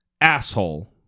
asshole